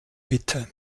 bitte